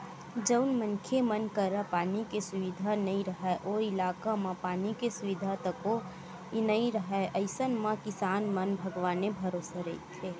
जउन मनखे मन करा पानी के सुबिधा नइ राहय ओ इलाका म पानी के सुबिधा तको नइ राहय अइसन म किसान मन भगवाने भरोसा रहिथे